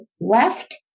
left